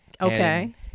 Okay